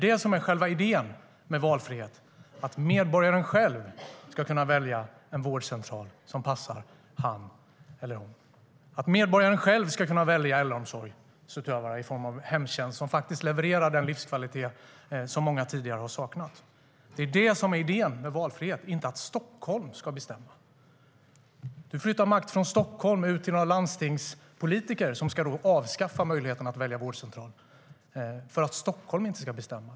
Det som är själva idén med valfrihet är att medborgaren själv ska kunna välja den vårdcentral som passar honom eller henne, att medborgaren själv ska kunna välja den äldreomsorg och hemtjänst som faktiskt levererar den livskvalitet som många tidigare har saknat. Det är det som är idén med valfrihet, inte att Stockholm ska bestämma. Du flyttar makt från Stockholm ut till någon landstingspolitiker som ska avskaffa möjligheten att välja vårdcentral, för att Stockholm inte ska bestämma.